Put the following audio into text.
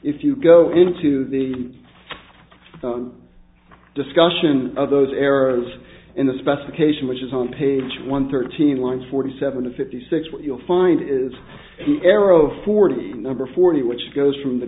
if you go into the phone discussion of those arrows in the specification which is on page one thirteen lines forty seven to fifty six what you'll find is he arrow forty number forty which goes from the